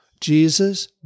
Jesus